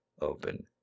open